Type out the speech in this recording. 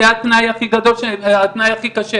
זה התנאי הכי גדול והכי קשה